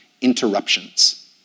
interruptions